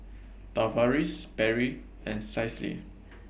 Tavaris Berry and Cicely